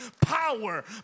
power